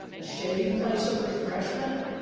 a shady place of refreshment,